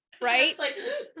Right